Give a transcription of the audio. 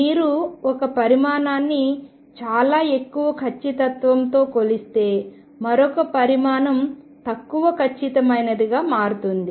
మీరు ఒక పరిమాణాన్ని చాలా ఎక్కువ ఖచ్చితత్వంతో కొలిస్తే మరొక పరిమాణం తక్కువ ఖచ్చితమైనదిగా మారుతుంది